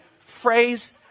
phrase